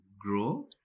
grow